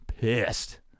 pissed